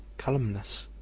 calumnus,